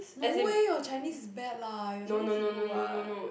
no way your Chinese is bad lah your Chinese is good what